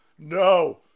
No